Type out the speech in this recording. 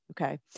okay